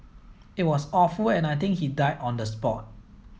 it was awful and I think he died on the spot